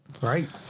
Right